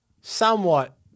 somewhat